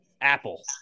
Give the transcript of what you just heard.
Apple